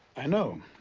i know.